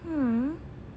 hmm